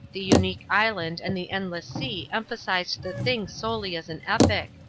the unique island and the endless sea emphasized the thing solely as an epic.